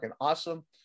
awesome